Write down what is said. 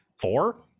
Four